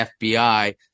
FBI